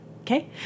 Okay